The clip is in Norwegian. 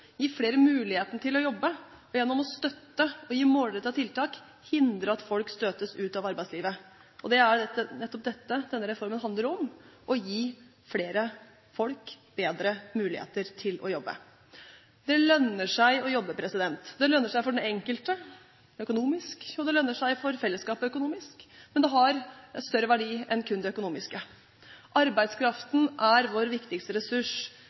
gi flere muligheten til å jobbe, og gjennom å støtte og gi målrettede tiltak hindre at folk støtes ut av arbeidslivet. Det er nettopp dette denne reformen handler om – å gi flere folk bedre muligheter til å jobbe. Det lønner seg å jobbe. Det lønner seg for den enkelte økonomisk, og det lønner seg for fellesskapet økonomisk, men det har en større verdi enn kun det økonomiske. Arbeidskraften er vår viktigste ressurs.